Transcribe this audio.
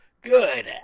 Good